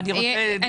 בסדר גמור.